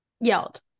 yelled